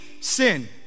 sin